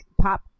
pop